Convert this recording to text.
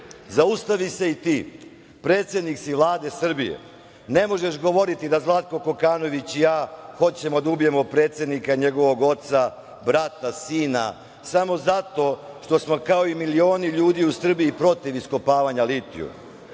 zaustavi se i ti, predsednik si Vlade Srbije, ne možeš govoriti da Zlatko Kokanović i ja hoćemo da ubijemo predsednika i njegovog oca, brata, sina samo zato što smo, kao i milioni ljudi u Srbiji, protiv iskopavanja litijuma.